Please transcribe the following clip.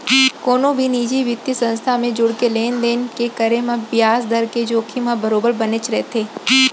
कोनो भी निजी बित्तीय संस्था म जुड़के लेन देन के करे म बियाज दर के जोखिम ह बरोबर बनेच रथे